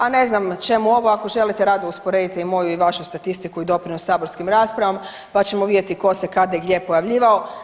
A ne znam čemu ovo ako želite rado usporediti moju i vašu statistiku i doprinos saborskim raspravama pa ćemo vidjeti ko se kada i gdje pojavljivao.